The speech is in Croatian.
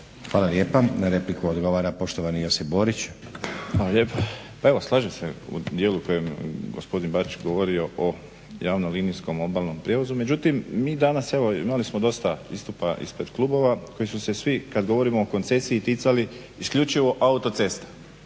Hvala lijepa. Na repliku odgovara poštovani Josip Borić. **Borić, Josip (HDZ)** Hvala lijepo. Pa evo slažem se u dijelu u kojem je gospodin Bačić govorio o javnom linijskom obalnom prijevozu, međutim mi danas evo imali smo dosta istupa ispred klubova koji su se svi kad govorimo o koncesiji ticali isključivo autocesta